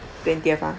twentieth ah